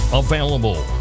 available